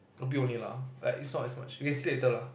a bit only lah like it's not as much you can see later lah